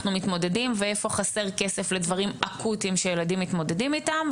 מתמודדים ואיפה חסר כסף לדברים אקוטיים שילדים מתמודדים איתם,